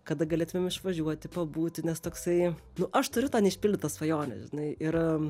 kada galėtumėm išvažiuoti pabūti nes toksai nu aš turiu tą neišpildytą svajonę žinai ir